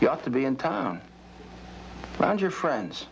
you ought to be in town and your friends